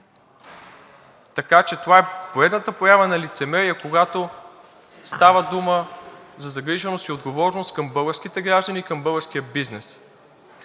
така че това е поредната проява на лицемерие, когато става дума за загриженост и отговорност към българските граждани, към българския бизнес.